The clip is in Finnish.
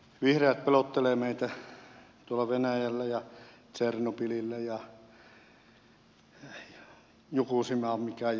vihreät pelottelevat meitä venäjällä ja tsernobylilla ja jukusimalla vai mikä jokosima se oli